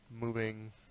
moving